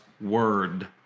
word